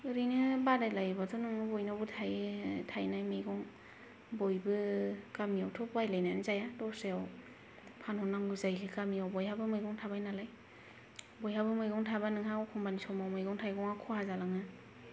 ओरैनो बादायोलायबाथ' नोङो बयनावबो थायो थायनाय मैगं बयबो गामियावथ' बायलायनानै जाया दस्रायाव फानहरनांगौ जायो गामियाव बयहाबो मैगं थाबाय नालाय बयहाबो मैगं थाबा नोंहा अखम्बानि समाव मैंग थाइगङा खहा जालाङो